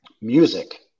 Music